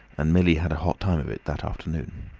and millie had a hot time of it that afternoon.